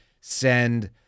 send